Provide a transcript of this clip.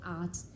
art